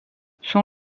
son